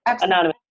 anonymous